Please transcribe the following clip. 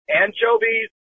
Anchovies